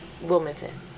Wilmington